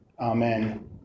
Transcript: Amen